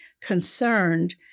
concerned